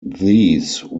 these